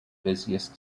busiest